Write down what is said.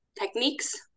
techniques